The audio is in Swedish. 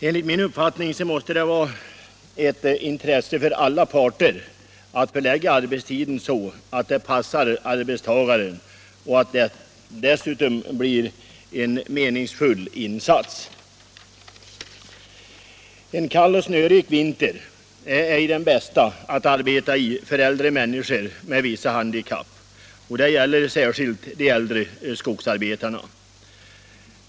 Enligt min uppfattning måste det vara ett intresse för alla parter att förlägga arbetstiden så att den passar arbetstagaren och dessutom så att arbetsinsatsen blir meningsfull. En kall och snörik vinter är inte den bästa att arbeta i för äldre människor med vissa handikapp. Det gäller särskilt de äldre skogsarbetarna.